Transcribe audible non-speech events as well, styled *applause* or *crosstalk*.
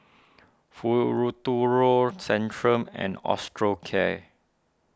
*unintelligible* Centrum and Osteocare